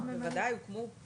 זה לא נגמר.